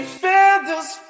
feathers